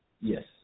Yes